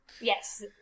Yes